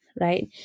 right